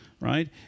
right